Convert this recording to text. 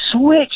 switch